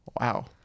Wow